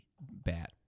Bat